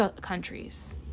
countries